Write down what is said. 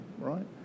right